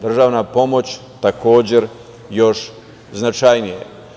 Državna pomoć, takođe, još značajnije.